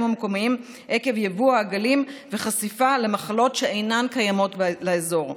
המקומיים עקב יבוא העגלים וחשיפה למחלות שאינן קיימות באזור".